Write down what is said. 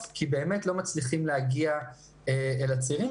כי באמת לא מצליחים להגיע אל הצעירים.